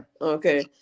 okay